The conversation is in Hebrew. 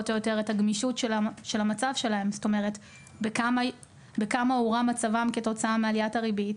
הגמישות של המצב בכמה הורע מצבם כתוצאה מעליית הריבית,